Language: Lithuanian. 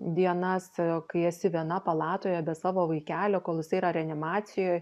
dienas kai esi viena palatoje be savo vaikelio kol jisai yra reanimacijoj